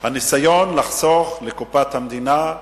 הניסיון לחסוך לקופת המדינה,